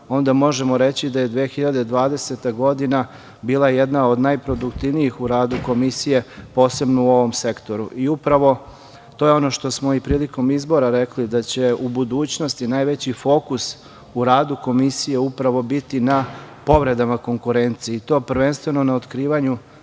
onda možemo reći da je 2020. godina bila jedna od najproduktivnijih u radu Komisije, posebno u ovom sektoru. Upravo to je ono što smo i prilikom izbora rekli da će u budućnosti najveći fokus u radu Komisije upravo biti na povredama konkurencije i to prvenstveno n a otkrivanju